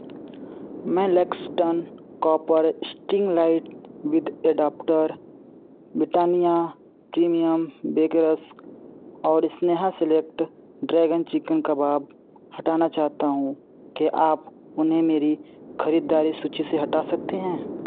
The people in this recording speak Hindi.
मैं Laxton copper string light with adapter Britannia premium bake rusk और स्नेहा सेलेक्ट ड्रैगन चिकन कबाब हटाना चाहता हूँ क्या आप उन्हें मेरी ख़रीदारी सूची से हटा सकते हैं